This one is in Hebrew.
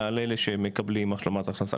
מעל אלה שמקבלים השלמת הכנסה,